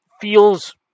feels